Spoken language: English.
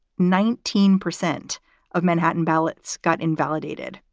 nineteen percent of manhattan ballots got invalidated.